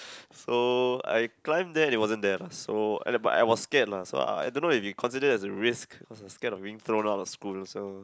so I climb there it wasn't there lah so at the point I was scared lah so I don't know if it's considered a risk cause I scared of being thrown out of school so